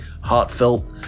heartfelt